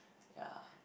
ya